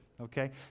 Okay